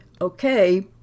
Okay